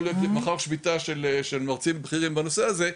יכולה להיות מחר שביתה של מרצים בכירים בנושא הזה,